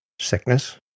sickness